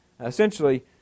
Essentially